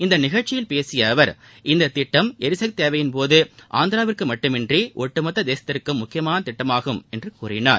இந்த நிகழ்ச்சியில பேசிய அவர் இந்தத் திட்டம் ளரிசக்தி தேவையின்போது ஆந்திராவிற்கு மட்டுமின்றி ஒட்டுமொத்த தேசத்திற்கும் முக்கியமான திட்டமாகும் என்றார்